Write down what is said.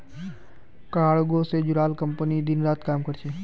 cargo से जुड़ाल company दिन रात काम कर छे